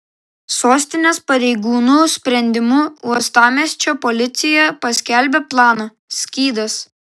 sostinės pareigūnų sprendimu uostamiesčio policija paskelbė planą skydas